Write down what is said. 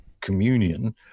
communion